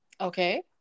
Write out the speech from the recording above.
Okay